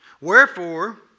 Wherefore